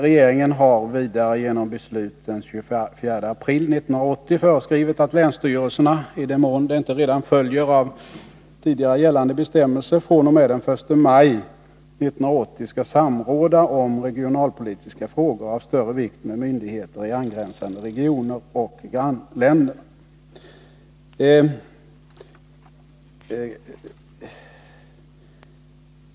Regeringen har genom beslut den 24 april 1980 föreskrivit att länsstyrelserna, i den mån det inte redan följer av tidigare gällande bestämmelser, fr.o.m. den 1 maj 1980 skall samråda om regionalpolitiska frågor av större vikt med myndigheter i angränsande regioner och grannländer.